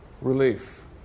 relief